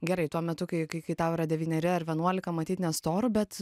gerai tuo metu kai kai kai tau yra devyneri ar vienuolika matyt ne storu bet